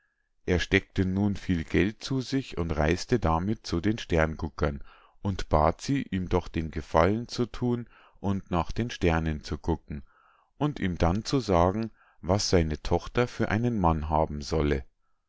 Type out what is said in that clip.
er steckte nun viel geld zu sich und reis'te damit zu den sternguckern und bat sie ihm doch den gefallen zu thun und nach den sternen zu gucken und ihm dann zu sagen was seine tochter für einen mann haben solle